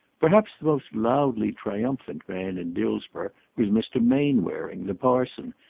perhaps the most loudly triumphant man in dillsborough was mr. mainwaring, the parson,